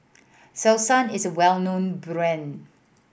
Selsun is a well known brand